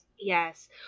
yes